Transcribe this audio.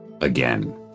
again